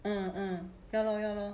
uh uh ya lor ya lor